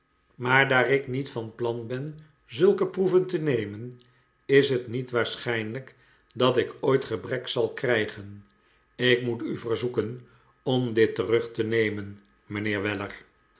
maar daar ik niet van plan ben zulke proeven te nemen is het niet waarschijnlijk dat ik ooit gebrek zal krijgen ik moet u verzoeken om dit terug te nemen mijnheer weller